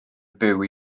byw